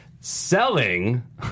Selling